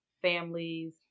Families